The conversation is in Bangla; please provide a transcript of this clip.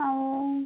ও